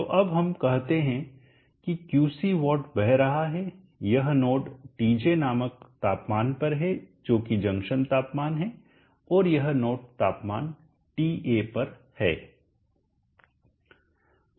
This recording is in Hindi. तो अब हम कहते हैं कि क्यूसी वाट बह रहा है यह नोड TJ नामक तापमान पर है जो कि जंक्शन तापमान है और यह नोड तापमान TA पर है